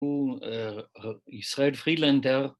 ‫הוא ישראל פרילנדר.